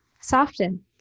soften